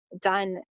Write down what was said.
done